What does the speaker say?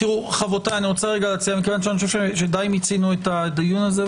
די מיצינו את הדיון הזה.